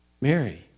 Mary